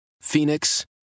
Phoenix